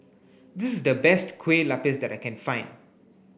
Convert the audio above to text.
this is the best Kuih Lopes that I can find